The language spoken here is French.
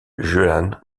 juan